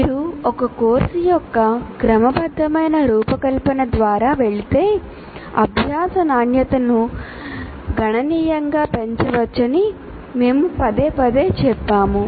మీరు ఒక కోర్సు యొక్క క్రమబద్ధమైన రూపకల్పన ద్వారా వెళితే అభ్యాస నాణ్యతను గణనీయంగా పెంచవచ్చని మేము పదేపదే చెప్పాము